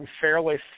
fairly